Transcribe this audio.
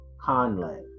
Conley